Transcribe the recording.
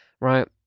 right